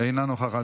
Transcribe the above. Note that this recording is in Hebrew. אינה נוכחת.